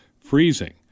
freezing